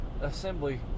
assembly